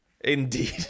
Indeed